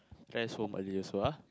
rest home early also ah